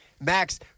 Max